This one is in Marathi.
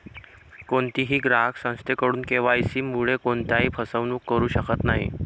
कोणीही ग्राहक संस्थेकडून के.वाय.सी मुळे कोणत्याही फसवणूक करू शकत नाही